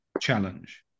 challenge